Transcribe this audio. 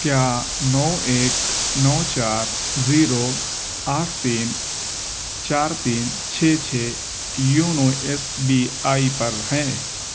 کیا نو ایک نو چار زیرو آٹھ تین چار تین چھ چھ یونو ایس بی آئی پر ہیں